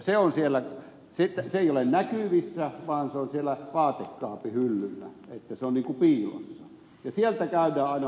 se ei ole näkyvissä vaan se on siellä vaatekaapin hyllyllä niin että se on niin kuin piilossa ja sieltä käydään aina lorottamassa tuolla tavalla noin